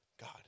God